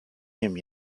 him